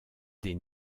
des